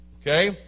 Okay